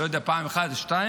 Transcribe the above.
אני לא יודע אם פעם אחת או שתיים,